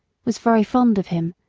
was very fond of him,